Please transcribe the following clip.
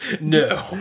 No